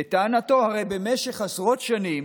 לטענתו, הרי במשך עשרות שנים